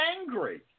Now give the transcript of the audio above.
angry